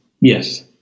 yes